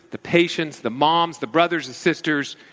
the patients, the moms, the brothers and sisters,